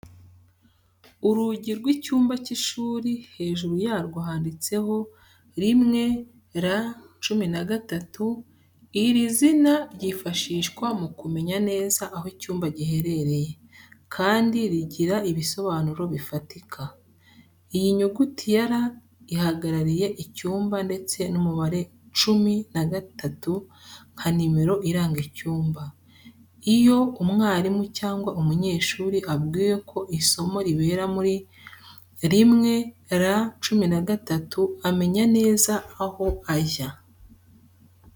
Urugi rw’icyumba cy’ishuri, hejuru yarwo handitseho 1R13 iri zina ryifashishwa mu kumenya neza aho icyumba giherereye, kandi rigira ibisobanuro bifatika. Iyi nyuguti ya R ihagarariye icyuma ndetse n'umubare cumi na gatatu nka nimero iranga icyuma. Iyo umwarimu cyangwa umunyeshuri abwiwe ko isomo ribera muri 1R13 amenya neza aho ajya.